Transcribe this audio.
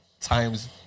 Times